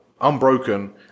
unbroken